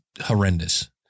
horrendous